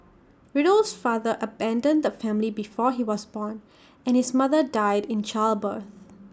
Riddle's father abandoned the family before he was born and his mother died in childbirth